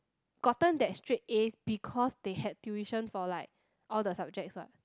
gotten that straight As because they had tuition for like all the subjects what